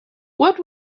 what